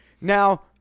now